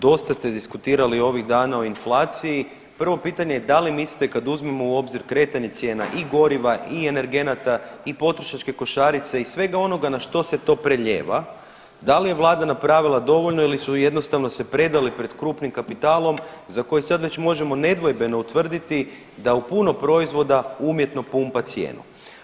Dosta ste diskutirali ovih dana o inflaciji, prvo pitanje je, da li mislite kad uzmemo u obzir kretanje cijena i goriva i energenata i potrošačke košarice i svega onoga na što se to prelijeva, da li je vlada napravila dovoljno ili su jednostavno se predali pred krupnim kapitalom za koje sad već možemo nedvojbeno utvrditi da u puno proizvoda umjetno pumpa cijenu.